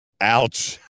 Ouch